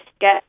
get